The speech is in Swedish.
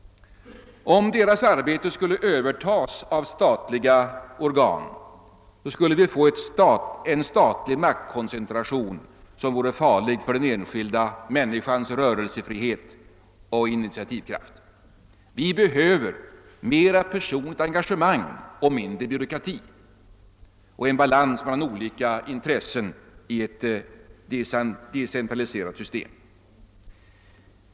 Om deras arbete skulle övertas av statliga organ skulle vi få en statlig maktkoncentration som vore farlig för den enskilda människans rörelsefrihet och initiativkraft. Vi behöver mera personligt engagemang och mindre byråkrati, en balans mellan olika intressen i ett decentraliserat system.